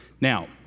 Now